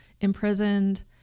imprisoned